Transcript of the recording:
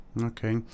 okay